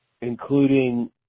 including